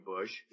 Bush